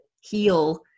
heal